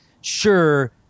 sure